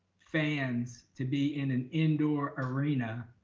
fans to be in an indoor arena,